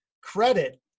credit